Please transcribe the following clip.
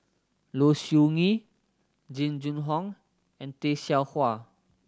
Low Siew Nghee Jing Jun Hong and Tay Seow Huah